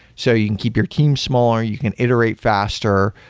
so you can keep your team smaller. you can iterate faster.